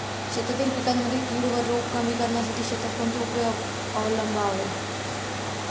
शेतातील पिकांवरील कीड व रोग कमी करण्यासाठी शेतात कोणते उपाय अवलंबावे?